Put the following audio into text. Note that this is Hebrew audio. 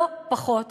לא פחות.